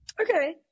okay